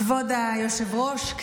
כבוד היושב-ראש,